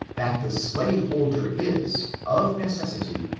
that the slaveholder is, of necessity,